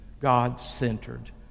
God-centered